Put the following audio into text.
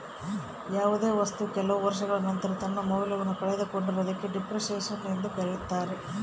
ಯಾವುದೇ ವಸ್ತು ಕೆಲವು ವರ್ಷಗಳ ನಂತರ ತನ್ನ ಮೌಲ್ಯವನ್ನು ಕಳೆದುಕೊಂಡರೆ ಅದಕ್ಕೆ ಡೆಪ್ರಿಸಸೇಷನ್ ಎಂದು ಕರೆಯುತ್ತಾರೆ